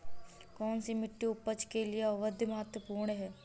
कौन सी मिट्टी उपज के लिए अधिक महत्वपूर्ण है?